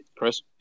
Chris